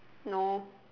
no